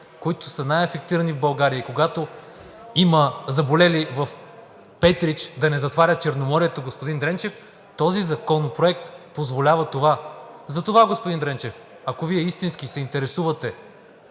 които са най афектирани в България, и когато има заболели в Петрич, да не затварят Черноморието, господин Дренчев, този законопроект позволява това. Затова, господин Дренчев, ако Вие истински се интересувате